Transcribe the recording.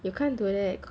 you can't do that